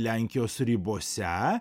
lenkijos ribose